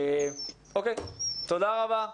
תודה רבה.